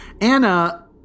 Anna